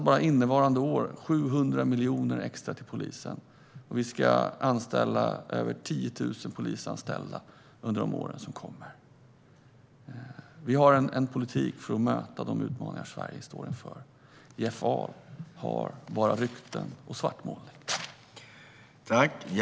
Bara innevarande år satsar vi 700 miljoner extra på polisen, och vi ska ha över 10 000 fler polisanställda under de kommande åren. Vi har en politik för att möta de utmaningar som Sverige står inför. Jeff Ahl har bara rykten och svartmålning.